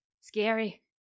Scary